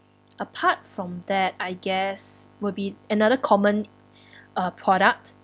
apart from that I guess will be another common uh product